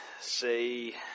say